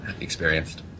experienced